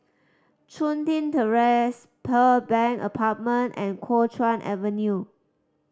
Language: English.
Chun Tin Terrace Pearl Bank Apartment and Kuo Chuan Avenue